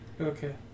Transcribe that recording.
Okay